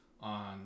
on